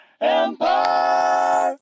Empire